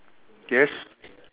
yes